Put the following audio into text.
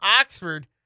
Oxford